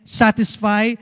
satisfy